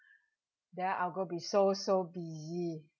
then I'm gonna be so so busy